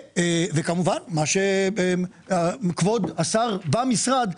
וכמובן מה שכבוד השר במשרד,